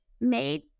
made